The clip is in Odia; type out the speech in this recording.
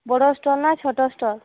ବଡ଼ ଷ୍ଟଲ୍ ନା ଛୋଟ ଷ୍ଟଲ୍